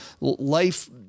Life